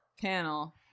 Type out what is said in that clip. panel